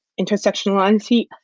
intersectionality